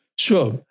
Sure